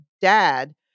dad